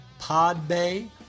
Podbay